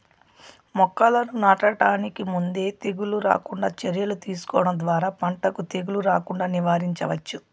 మొక్కలను నాటడానికి ముందే తెగుళ్ళు రాకుండా చర్యలు తీసుకోవడం ద్వారా పంటకు తెగులు రాకుండా నివారించవచ్చు